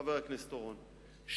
חבר הכנסת אורון,